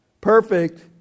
Perfect